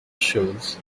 shows